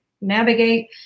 navigate